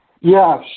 Yes